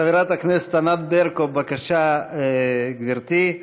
חברת הכנסת ענת ברקו, בבקשה, גברתי.